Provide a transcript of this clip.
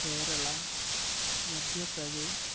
Kerala Madhya Pradesh